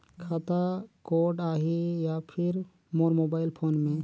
खाता कोड आही या फिर मोर मोबाइल फोन मे?